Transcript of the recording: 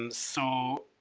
um so,